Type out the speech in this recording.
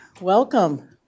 Welcome